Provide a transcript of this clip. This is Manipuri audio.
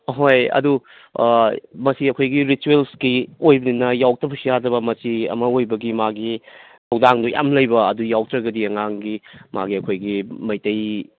ꯑꯣꯍꯣꯏ ꯑꯗꯨ ꯃꯁꯤ ꯑꯩꯈꯣꯏꯒꯤ ꯔꯤꯆꯨꯌꯦꯜꯀꯤ ꯑꯣꯏꯕꯅꯤꯅ ꯌꯥꯎꯗꯕꯁꯨ ꯌꯥꯗꯕ ꯃꯆꯦ ꯑꯃ ꯑꯣꯏꯕꯒꯤ ꯃꯥꯒꯤ ꯊꯧꯗꯥꯡꯗꯨ ꯌꯥꯝ ꯂꯩꯕ ꯑꯗꯨ ꯌꯥꯎꯗ꯭ꯔꯒꯗꯤ ꯑꯉꯥꯡꯒꯤ ꯃꯥꯒꯤ ꯑꯩꯈꯣꯏꯒꯤ ꯃꯩꯇꯩ